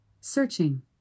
searching